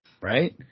right